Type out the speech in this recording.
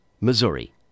Missouri